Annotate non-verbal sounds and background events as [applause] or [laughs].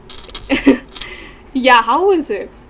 [laughs] ya how was it